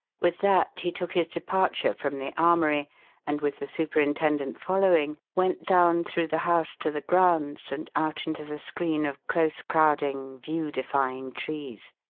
with that he took his departure from the armoury and, with the superintendent following, went down through the house to the grounds and out into the screen of close crowding, view-defying trees.